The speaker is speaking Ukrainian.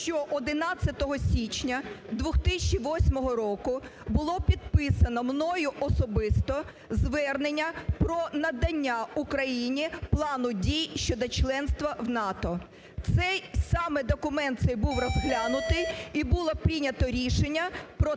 що 11 січня 2008 року було підписано мною особисто звернення про надання Україні Плану дій щодо членства в НАТО. Цей, саме документ цей був розглянутий, і було прийнято рішення про